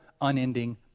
unending